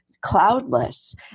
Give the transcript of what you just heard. cloudless